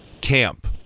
camp